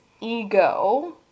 ego